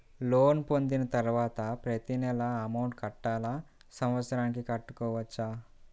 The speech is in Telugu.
లోన్ పొందిన తరువాత ప్రతి నెల అమౌంట్ కట్టాలా? సంవత్సరానికి కట్టుకోవచ్చా?